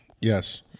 Yes